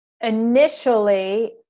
Initially